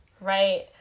right